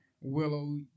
Willow